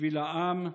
בשביל העם,